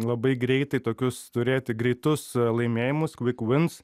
labai greitai tokius turėti greitus laimėjimus kvik vins